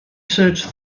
search